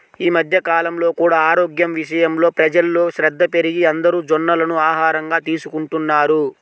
ఈ మధ్య కాలంలో కూడా ఆరోగ్యం విషయంలో ప్రజల్లో శ్రద్ధ పెరిగి అందరూ జొన్నలను ఆహారంగా తీసుకుంటున్నారు